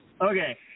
Okay